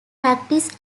practice